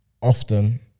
often